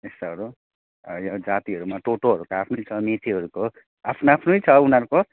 यस्तोहरू यो जातिहरूमा टोटोहरूको आफ्नै छ मेचेहरूको आफ्नो आफ्नै छ उनीहरूको